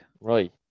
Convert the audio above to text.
Right